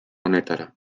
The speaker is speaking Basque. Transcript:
honetara